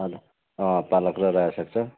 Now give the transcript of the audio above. हजुर अँ पालक र रायो साग छ